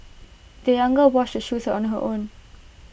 the young girl washed her shoes on her own